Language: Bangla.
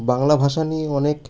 বাংলা ভাষা নিয়ে অনেক